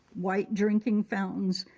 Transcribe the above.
white drinking fountains,